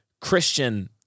Christian